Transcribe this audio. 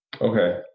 okay